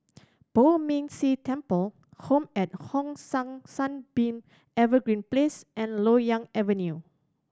Poh Ming Tse Temple Home at Hong San Sunbeam Evergreen Place and Loyang Avenue